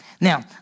Now